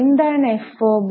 എന്താണ് FOB